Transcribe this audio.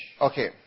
Okay